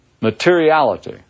materiality